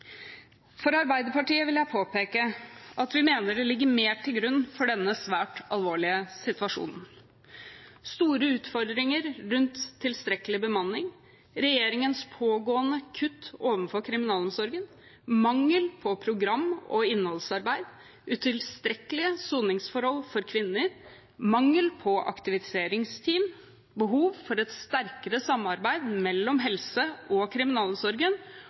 For Arbeiderpartiet vil jeg påpeke at vi mener det ligger mer til grunn for denne svært alvorlige situasjonen: store utfordringer rundt tilstrekkelig bemanning, regjeringens pågående kutt overfor kriminalomsorgen, mangel på program- og innholdsarbeid, utilstrekkelige soningsforhold for kvinner, mangel på aktiviseringsteam, behov for et sterkere samarbeid mellom helsetjenesten og kriminalomsorgen